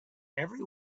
every